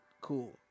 cool